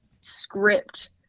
script